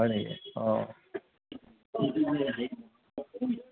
হয়নি অঁ